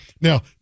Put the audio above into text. Now